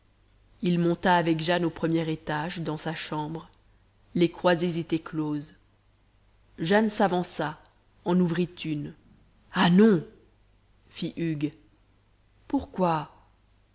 il monta avec jane au premier étage dans sa chambre les croisées étaient closes jane s'avança en ouvrit une ah non fit hugues pourquoi